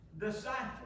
disciple